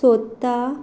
सोदता